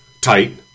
tight